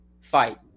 fight